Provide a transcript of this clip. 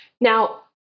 Now